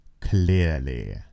Clearly